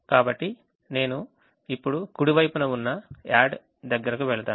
కాబట్టి నేను ఇప్పుడు కుడివైపున ఉన్న యాడ్ దగ్గరకు వెళ్తాను